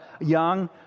young